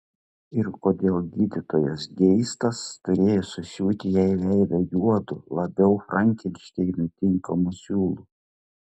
ir kodėl gydytojas geistas turėjo susiūti jai veidą juodu labiau frankenšteinui tinkamu siūlu